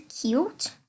cute